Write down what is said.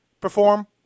perform